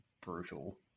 brutal